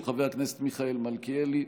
של חבר הכנסת מיכאל מלכיאלי.